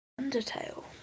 Undertale